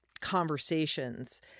conversations